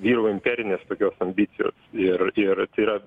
vyrauja imperinės tokios ambicijos ir ir tai yra